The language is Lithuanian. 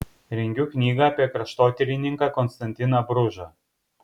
rengiu knygą apie kraštotyrininką konstantiną bružą